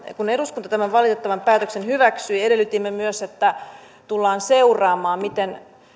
kun eduskunta tämän valitettavan päätöksen hyväksyi edellytimme myös että tullaan seuraamaan miten